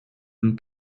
them